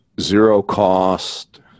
zero-cost